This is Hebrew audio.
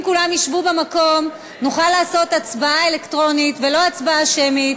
אם כולם ישבו במקום נוכל לעשות הצבעה אלקטרונית ולא הצבעה שמית.